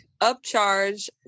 upcharge